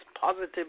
positive